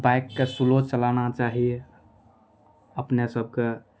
bike के slow चलाना चाहिये अपने सबके